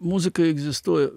muzika egzistuoja